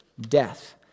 death